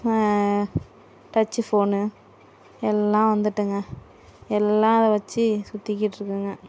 டச்சி phone எல்லாம் வந்துட்டுங்க எல்லாம் அதை வெச்சு சுற்றி கிட்டிருக்குங்க